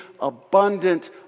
abundant